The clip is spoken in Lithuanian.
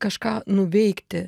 kažką nuveikti